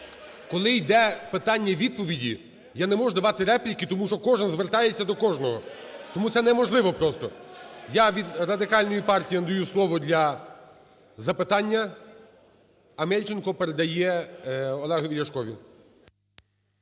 Коли йде "питання–відповіді", я не можу давати репліки тому що кожен звертається до кожного, тому це неможливо просто. Я від Радикальної партії надаю слово для запитання. Амельченко передає Олегові Ляшкові.